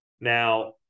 Now